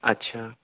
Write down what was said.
اچھا